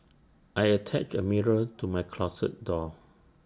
I attached A mirror to my closet door